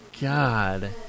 God